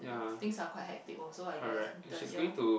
things are quite hectic also I guess the ya